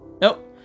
Nope